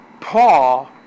Paul